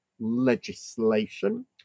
legislation